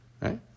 Right